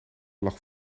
lag